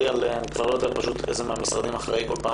אני כבר לא יודע איזה מן המשרדים אחראי על כל דבר